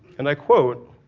and i quote,